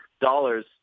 dollars